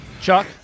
Chuck